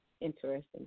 interesting